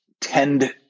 tend